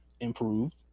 improved